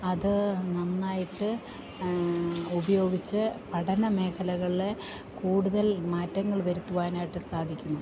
അതു നന്നായിട്ട് ഉപയോഗിച്ച് പഠനമേഖലകളില് കൂടുതൽ മാറ്റങ്ങൾ വരുത്തുവാനായിട്ടു സാധിക്കുന്നു